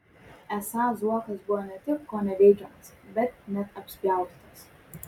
esą zuokas buvo ne tik koneveikiamas bet net apspjaudytas